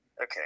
Okay